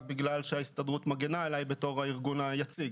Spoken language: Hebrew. בגלל שההסתדרות מגינה עליי בתור הארגון היציג.